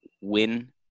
win